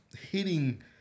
hitting